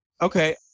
okay